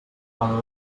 quan